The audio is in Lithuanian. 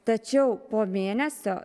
tačiau po mėnesio